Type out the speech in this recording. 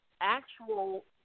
actual